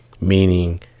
Meaning